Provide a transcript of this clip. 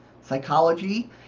psychology